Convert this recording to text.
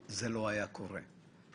היא צריכה לבוא יד ביד עם הוראות.